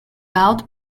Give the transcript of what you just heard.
out